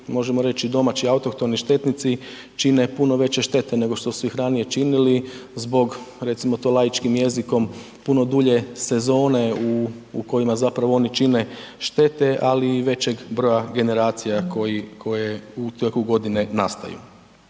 možemo reći, i domaći autohtoni štetnici čine puno veće štete nego što su ih ranije činili zbog, recimo to laičkim jezikom, puno dulje sezone u, u kojima zapravo oni čine štete, ali i većeg broja generacija koji, koje u tijeku godine nastaju.